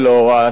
או לא יודע,